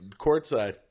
courtside